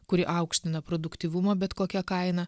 kuri aukština produktyvumą bet kokia kaina